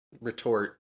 retort